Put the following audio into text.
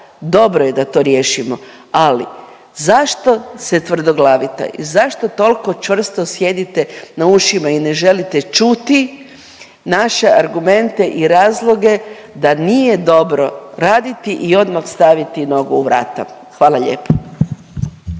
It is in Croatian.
dobro je da to riješimo ali zašto se tvrdoglavite, zašto tol'ko čvrsto sjedite na ušima i ne želite čuti naše argumente i razloge da nije dobro raditi i odmah staviti nogu u vrata. Hvala lijepa.